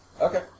Okay